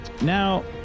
now